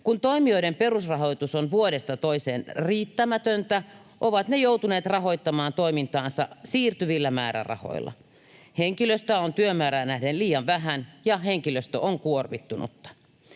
Kun toimijoiden perusrahoitus on vuodesta toiseen riittämätöntä, ovat ne joutuneet rahoittamaan toimintaansa siirtyvillä määrärahoilla. Henkilöstöä on työmäärään nähden liian vähän, ja henkilöstö on kuormittunutta.